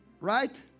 Right